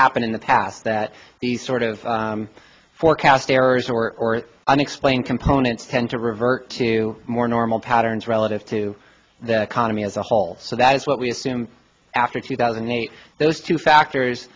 happen in the past that these sort of forecast errors or unexplained components tend to revert to more normal patterns relative to the economy as a whole so that is what we assume after two thousand and eight those two factors